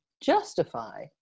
justify